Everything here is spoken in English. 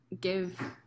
give